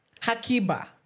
Hakiba